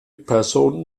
person